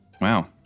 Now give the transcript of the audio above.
Wow